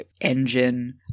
engine